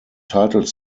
title